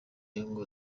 ngo